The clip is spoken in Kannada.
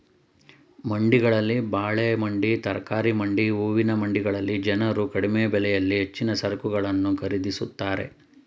ಮಂಡಿಗಳಲ್ಲಿ ಬಾಳೆ ಮಂಡಿ, ತರಕಾರಿ ಮಂಡಿ, ಹೂವಿನ ಮಂಡಿಗಳಲ್ಲಿ ಜನರು ಕಡಿಮೆ ಬೆಲೆಯಲ್ಲಿ ಹೆಚ್ಚಿನ ಸರಕುಗಳನ್ನು ಖರೀದಿಸುತ್ತಾರೆ